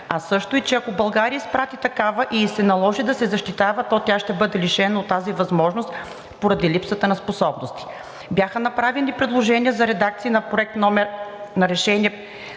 а също и че ако България изпрати такава и ѝ се наложи да се защитава, то тя ще бъде лишена от тази възможност поради липса на способности. Бяха направени предложения за редакции на Проект на решение